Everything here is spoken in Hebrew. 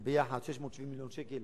זה ביחד 670 מיליון שקל